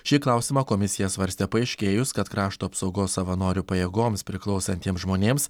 šį klausimą komisija svarstė paaiškėjus kad krašto apsaugos savanorių pajėgoms priklausantiems žmonėms